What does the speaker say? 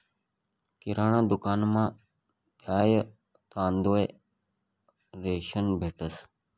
किराणा दुकानमा दाय, तांदूय, रेशन भेटंस